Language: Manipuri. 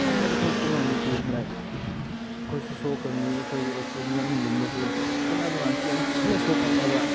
ꯈꯠꯅꯕ ꯊꯣꯂꯛꯄ ꯀꯥꯟꯗꯗꯤ ꯂꯥꯏꯛ ꯑꯩꯈꯣꯏꯁꯨ ꯁꯣꯛꯀꯅꯤ ꯑꯩꯈꯣꯏ ꯑꯣꯄꯅꯤꯌꯟꯒꯨꯝꯕꯁꯨ ꯈꯠꯅꯕ ꯀꯥꯟꯗꯁꯨ ꯌꯥꯝ ꯊꯤꯅ ꯁꯣꯛꯀꯅꯦꯕ